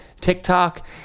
TikTok